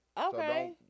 Okay